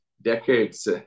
Decades